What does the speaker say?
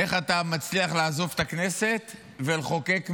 איך אתה מצליח לעזוב את הכנסת ולחוקק מבחוץ.